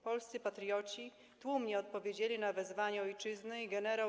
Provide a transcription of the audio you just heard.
Polscy patrioci tłumnie odpowiedzieli na wezwanie ojczyzny i gen.